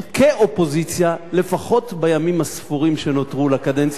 כאופוזיציה לפחות בימים הספורים שנותרו לקדנציה הזאת,